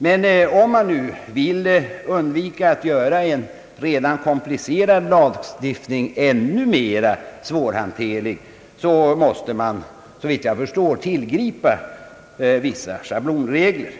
Men gäller det att undvika att göra en redan komplicerad lagstiftning ännu mera svårhanterlig måste man, såvitt jag förstår, lita till vissa scha . blonregler.